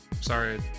Sorry